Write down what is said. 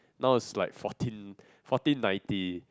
now it's like fourteen fourteen ninety